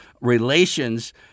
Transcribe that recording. relations